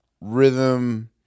rhythm